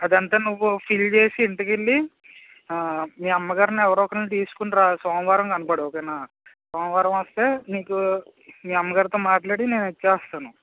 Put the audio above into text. అదంతా నువ్వు ఫిల్ చేసి ఇంటికెళ్ళి మీ అమ్మగారినో ఎవరొ ఒక్కరిని తీసుకునిరా సోమవారం కనపడు ఓకేనా సోమవారం వస్తే నీకు మీ అమ్మగారితో మాట్లాడి నేను ఇచ్చేస్తాను